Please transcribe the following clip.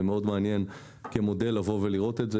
זה מאוד מעניין כמודל לבוא ולראות את זה.